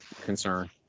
concern